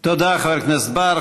תודה, חבר הכנסת בר.